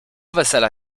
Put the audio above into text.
wesela